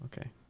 Okay